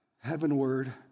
heavenward